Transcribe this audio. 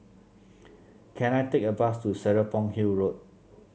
can I take a bus to Serapong Hill Road